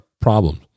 problems